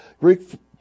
Greek